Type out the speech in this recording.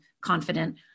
confident